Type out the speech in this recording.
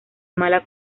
mala